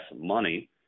money